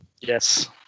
Yes